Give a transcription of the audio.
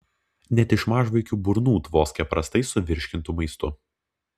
net iš mažvaikių burnų tvoskia prastai suvirškintu maistu